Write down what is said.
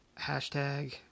hashtag